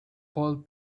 called